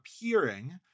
appearing